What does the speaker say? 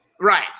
Right